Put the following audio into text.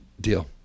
Deal